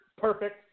Perfect